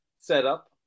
setup